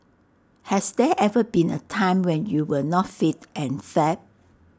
has there ever been A time when you were not fit and fab